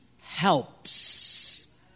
helps